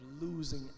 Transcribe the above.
losing